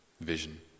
vision